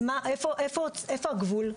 איפה הגבול?